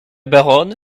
baronne